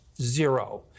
zero